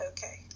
Okay